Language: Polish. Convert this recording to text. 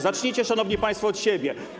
Zacznijcie, szanowni państwo, od siebie.